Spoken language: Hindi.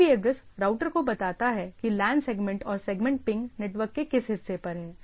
IP एड्रेस राउटर को बताता है कि लैन सेगमेंट और सेगमेंट पिंग नेटवर्क के किस हिस्से पर है